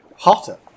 Hotter